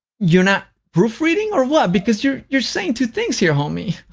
you're not proofreading or what? because you're you're saying two things here, homie.